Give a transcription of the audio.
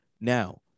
Now